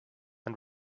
and